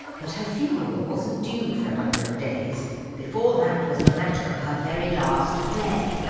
but her funeral wasn't due for a number of days before that was the matter of her very last play,